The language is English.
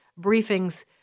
briefings